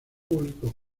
público